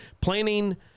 planning